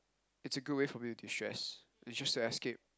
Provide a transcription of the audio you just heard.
it's a good way for me destress and just to escape